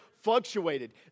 fluctuated